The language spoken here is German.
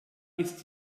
ist